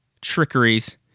trickeries